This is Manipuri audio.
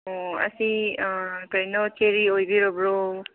ꯑꯣ ꯑꯁꯤ ꯀꯩꯅꯣ ꯆꯦꯔꯤ ꯑꯣꯏꯕꯤꯔꯕ꯭ꯔꯣ